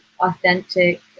authentic